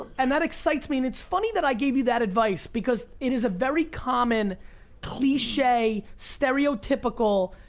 and that excites me, and it's funny that i gave you that advice, because it is a very common cliche stereotypical